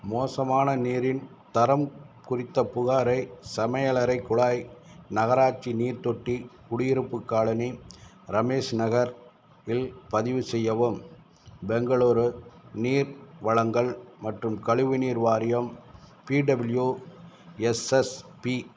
மோசமான நீரின் தரம் குறித்த புகாரை சமையலறைக் குழாய் நகராட்சி நீர்தொட்டி குடியிருப்புக் காலனி ரமேஷ் நகர் இல் பதிவு செய்யவும் பெங்களூரு நீர் வழங்கல் மற்றும் கழிவு நீர் வாரியம் B W S S B